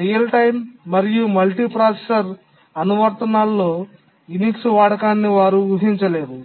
real time మరియు multi processor అనువర్తనాల్లో Unix వాడకాన్ని వారు ఊహించలేదు